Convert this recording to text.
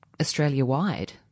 Australia-wide